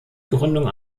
gründung